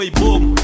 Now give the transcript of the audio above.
boom